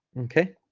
okay